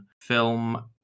film